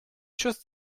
just